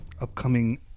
upcoming